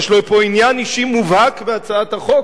כי יש לו פה עניין אישי מובהק בהצעת החוק.